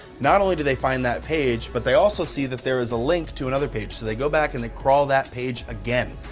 not only do they find that page, but they also see that there is a link to another page, so they go back and they crawl that page again.